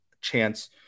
chance